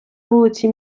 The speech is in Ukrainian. вулиці